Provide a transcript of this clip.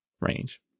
range